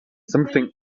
something